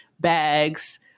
bags